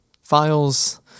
files